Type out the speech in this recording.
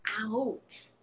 Ouch